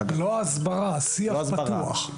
לא הסברה; שיח פתוח.